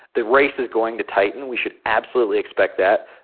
the race is going to tighten. we should absolutely expect that.